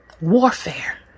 warfare